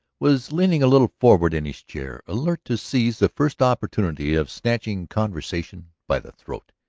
was leaning a little forward in his chair, alert to seize the first opportunity of snatching conversation by the throat.